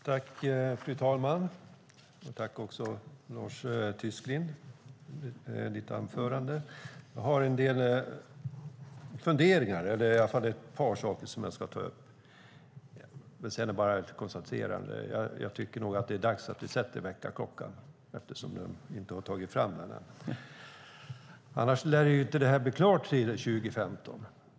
Fru talman! Tack, Lars Tysklind, för ditt anförande! Jag har en del funderingar. Det är i alla fall ett par saker som jag ska ta upp. Först har jag bara ett konstaterande. Jag tycker nog att det är dags att du ställer väckarklockan, eftersom du inte har tagit fram den än. Annars lär det här inte bli klart till 2015.